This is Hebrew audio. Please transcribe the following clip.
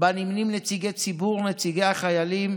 שבה נציגי ציבור, נציגי החיילים,